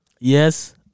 Yes